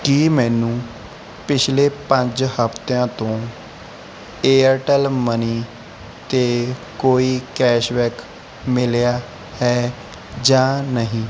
ਕੀ ਮੈਨੂੰ ਪਿਛਲੇ ਪੰਜ ਹਫਤਿਆਂ ਤੋਂ ਏਅਰਟੈੱਲ ਮਨੀ 'ਤੇ ਕੋਈ ਕੈਸ਼ਬੈਕ ਮਿਲਿਆ ਹੈ ਜਾਂ ਨਹੀਂ